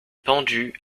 pendu